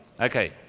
okay